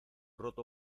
roto